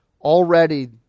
already